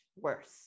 worse